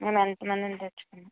మేము ఎంత మందిని తెచ్చుకున్నా